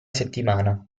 settimana